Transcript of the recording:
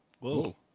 whoa